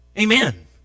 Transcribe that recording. Amen